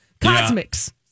Cosmics